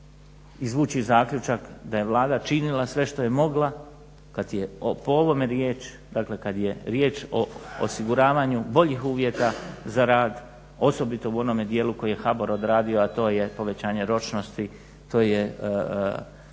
izvući zaključak da je Vlada činila sve što je mogla kada je o ovome riječ, dakle kada je riječ o osiguravanju boljih uvjeta za rad osobito u onom dijelu koji je HBOR odradio a to je povećanje ročnosti, to je